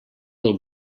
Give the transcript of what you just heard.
del